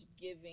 giving